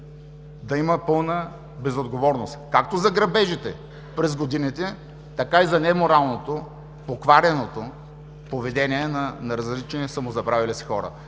да има пълна безотговорност както за грабежите през годините, така и за неморалното, поквареното поведение на различни самозабравили се хора.